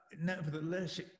nevertheless